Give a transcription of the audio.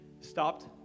stopped